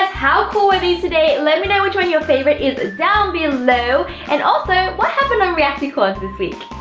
ah how cool were these today? let me know which one your favourite is down below, and also, what happened on reacticorns this week!